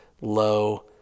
low